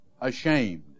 ashamed